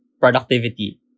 productivity